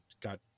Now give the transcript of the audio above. got